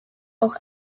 auch